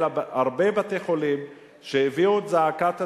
אלא הרבה בתי-חולים שהביאו את זעקת הציבור,